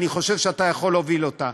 אני חושב שאתה יכול להוביל אותה.